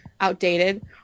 outdated